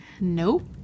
nope